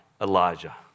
Elijah